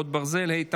חרבות ברזל) (תכנון ובנייה ומקרקעי ציבור),